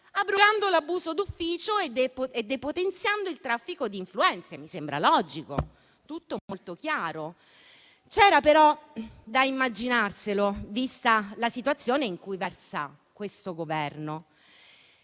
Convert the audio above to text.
Abrogando l'abuso d'ufficio e depotenziando il traffico di influenze. Mi sembra logico, tutto molto chiaro. C'era però da immaginarselo, vista la situazione in cui versa questo Governo.